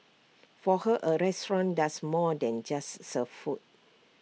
for her A restaurant does more than just serve food